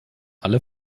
alle